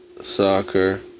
Soccer